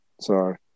Sorry